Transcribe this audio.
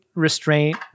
Restraint